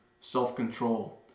self-control